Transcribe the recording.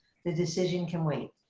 the decision can wait.